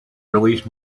released